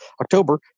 October